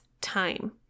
time